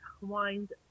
wines